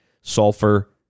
sulfur